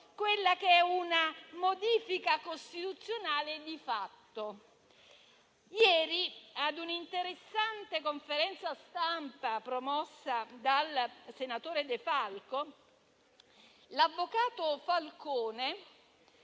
messa in atto una modifica costituzionale di fatto. Ieri, in una interessante conferenza stampa promossa dal senatore De Falco, l'avvocato Anna Falcone